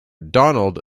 donald